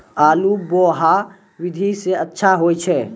आलु बोहा विधि सै अच्छा होय छै?